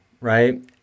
right